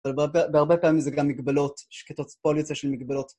אבל בהרבה פעמים זה גם מגבלות, שקטות, פוליסה של מגבלות.